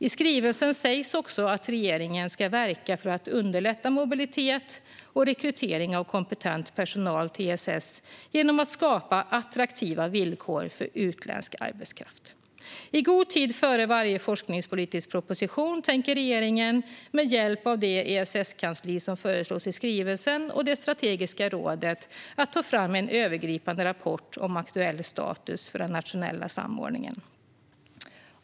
I skrivelsen sägs också att regeringen ska verka för att underlätta mobilitet och rekrytering av kompetent personal till ESS genom att skapa attraktiva villkor för utländsk arbetskraft. I god tid före varje forskningspolitisk proposition tänker regeringen med hjälp av det ESS-kansli som föreslås i skrivelsen och det strategiska rådet ta fram en övergripande rapport om aktuell status för den nationella samordningen.